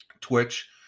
Twitch